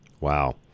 Wow